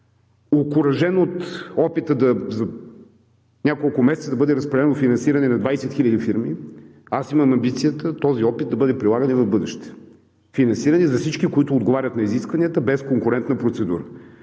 Окуражен от опита за няколко месеца да бъде разпределено финансиране на 20 хиляди фирми, аз имам амбицията този опит да бъде прилаган и в бъдеще – финансиране за всички, които отговарят на изискванията, без конкурентна процедура.